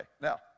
now